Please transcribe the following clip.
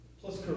Plus